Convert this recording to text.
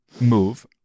move